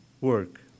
work